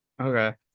okay